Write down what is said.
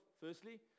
Firstly